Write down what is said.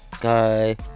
guy